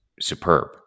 superb